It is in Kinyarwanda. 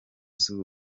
z’u